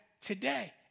today